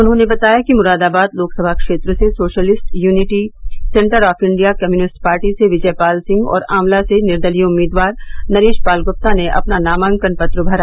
उन्होंने बताया कि मुरादाबाद लोकसभा क्षेत्र से Socialist Unity Centre of India Communist Party से विजय पाल सिंह और ऑवला से निर्दलीय उम्मीदवार नरेश पाल ग्प्ता ने अपना नामांकन पत्र भरा